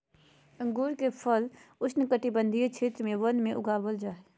अंगूर के फल उष्णकटिबंधीय क्षेत्र वन में उगाबल जा हइ